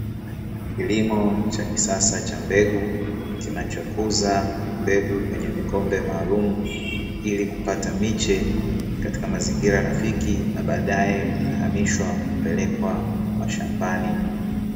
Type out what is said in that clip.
Kilimo cha kisasa cha mbegu kinachokuza mbegu kwenye vikombe maalumu, ili kupata miche katika mazingira rafiki na baadae inahamishwa kupelekwa mashambani.